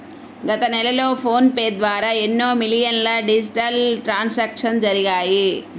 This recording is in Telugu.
గత నెలలో ఫోన్ పే ద్వారా ఎన్నో మిలియన్ల డిజిటల్ ట్రాన్సాక్షన్స్ జరిగాయి